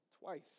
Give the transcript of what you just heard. twice